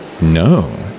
No